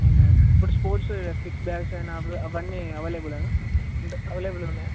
అవునా ఇప్పుడు sports kids bags అయిన అవన్నీ అవైలబులేనా అంటే అవైలబుల్ ఉన్నయా